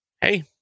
hey